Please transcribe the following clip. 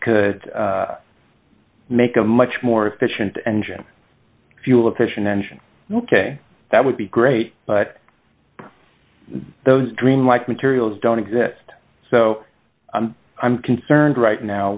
could make a much more efficient engine fuel efficient engine ok that would be great but those dreamlike materials don't exist so i'm concerned right now